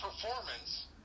performance